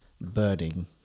burning